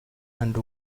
and